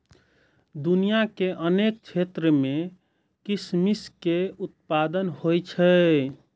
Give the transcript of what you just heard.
दुनिया के अनेक क्षेत्र मे किशमिश के उत्पादन होइ छै